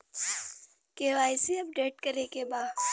KYC update करे के बा?